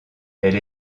elle